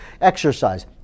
exercise